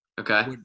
okay